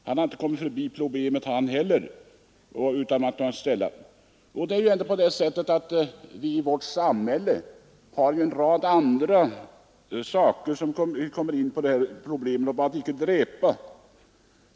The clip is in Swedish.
Han har inte heller kunnat komma förbi problemet. Vi har i vårt samhälle en rad andra områden där vi kommer in på problemet att icke dräpa.